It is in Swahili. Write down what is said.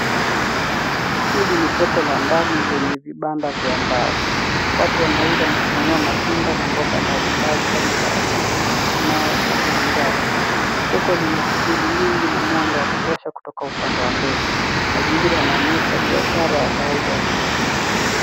Hili ni soko la ndani lenye vibanda vya mbao, Watu wanauza na kununua matunda na mboga mbali mbali, Kama parachichi ,limau na mbiringanya. Soko lina shughuli nyingi na mwanga wa kutosha kutoka upande wa mbele. Mazingira yanaonyesha biashara ya kawaida ya kila siku.